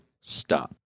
stop